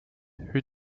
who